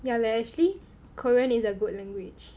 yeah leh actually Korean is a good language